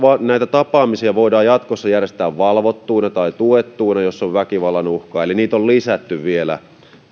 tapaamisia voidaan jatkossa järjestää valvottuina tai tuettuina jos on väkivallan uhkaa eli niitä on vielä lisätty